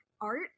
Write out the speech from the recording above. art